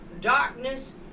darkness